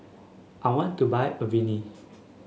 I want to buy Avene